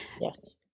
Yes